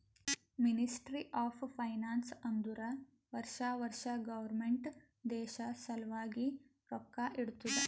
ministry of finance ಅಂದುರ್ ವರ್ಷಾ ವರ್ಷಾ ಗೌರ್ಮೆಂಟ್ ದೇಶ ಸಲ್ವಾಗಿ ರೊಕ್ಕಾ ಇಡ್ತುದ